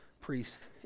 priest